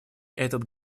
этот